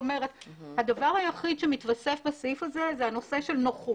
הדבר היחיד שמיתוסף בסעיף הזה זה נושא נוחות,